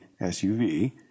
SUV